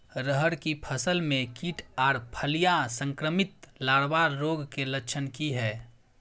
रहर की फसल मे कीट आर फलियां संक्रमित लार्वा रोग के लक्षण की हय?